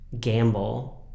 gamble